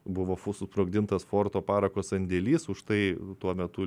buvo susprogdintas forto parako sandėlys už tai tuo metu